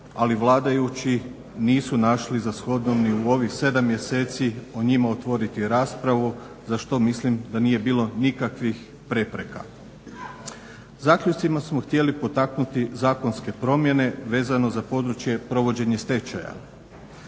ali vladajući nisu našli za shodno ni u ovih 7 mjeseci o njima otvoriti raspravu za što mislim da nije bilo nikakvih prepreka. Zaključcima smo htjeli potaknuti zakonske promjene vezano za područje provođenja stečaja.